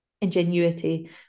ingenuity